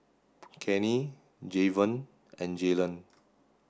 Cannie Jayvon and Jaylon